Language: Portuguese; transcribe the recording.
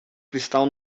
cristal